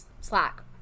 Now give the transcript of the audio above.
slack